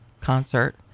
concert